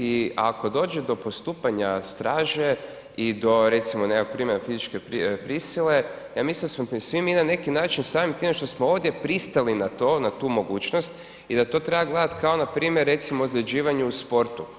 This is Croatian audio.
I ako dođe do postupanja straže i do recimo nekakvog primjera fizičke prisile, ja mislim da smo svi mi na neki način samim time što smo ovdje pristali na to, na tu mogućnost i da to treba gledati kao npr. recimo ozljeđivanje u sportu.